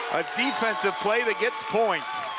a defensive play that gets points.